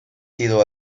sido